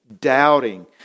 doubting